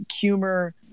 humor